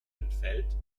entfällt